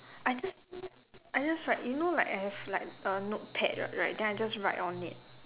I just I just write you know like I have like a note pad r~ right then I just write on it